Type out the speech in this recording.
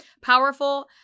powerful